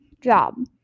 job